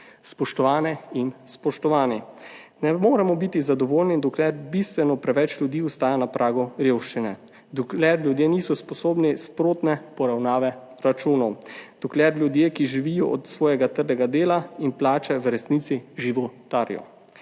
Spoštovane in spoštovani! Ne moremo biti zadovoljni, dokler bistveno preveč ljudi ostaja na pragu revščine, dokler ljudje niso sposobni sprotne poravnave računov, dokler ljudje, ki živijo od svojega trdega dela in plače, v resnici životarijo.